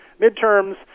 midterms